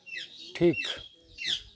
ᱴᱷᱤᱠ